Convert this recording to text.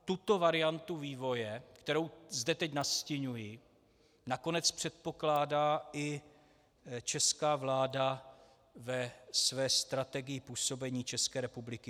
Tuto variantu vývoje, kterou zde teď nastiňuji, nakonec předpokládá i česká vláda ve své strategii působení České republiky v EU.